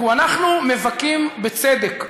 תראו, אנחנו מבכים, בצדק,